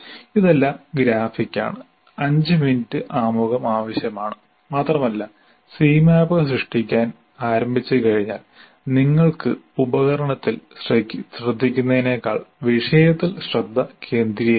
ഇതെല്ലാം ഗ്രാഫിക് ആണ് 5 മിനിറ്റ് ആമുഖം ആവശ്യമാണ് മാത്രമല്ല Cmap സൃഷ്ടിക്കാൻ ആരംഭിച്ച് കഴിഞ്ഞാൽ നിങ്ങൾക്ക് ഉപകരണത്തിൽ ശ്രദ്ധിക്കുന്നതിനേക്കാൾ വിഷയത്തിൽ ശ്രദ്ധ കേന്ദ്രീകരിക്കാം